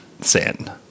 sin